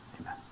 Amen